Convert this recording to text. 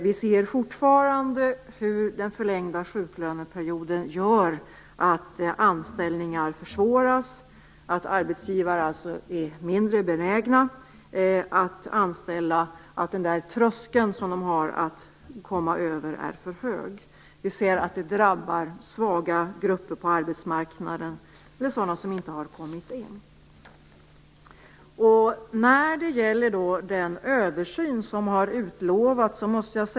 Vi ser fortfarande hur den förlängda sjuklöneperioden gör att anställningar försvåras, att arbetsgivare är mindre benägna att anställa. Tröskeln är för hög. Vi ser att det drabbar svaga grupper på arbetsmarknaden eller sådana som inte har kommit in på den. Sedan var det den översyn som har utlovats.